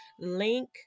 link